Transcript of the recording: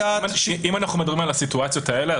אם אנחנו מדברים על סיטואציות כמו מאסר